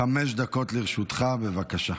חמש דקות לרשותך, בבקשה.